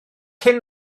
hyn